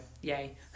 yay